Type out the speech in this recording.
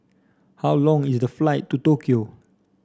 how long is the flight to Tokyo